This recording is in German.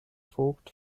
vogt